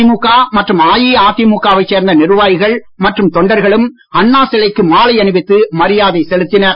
திமுக மற்றும் அஇஅதிமுக வைச் சேர்ந்த நிர்வாகிகள் மற்றும் தொண்டர்களும் அண்ணா சிலைக்கு மாலை அணிவித்து மரியாதை செலுத்தினர்